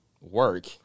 work